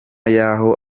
yaho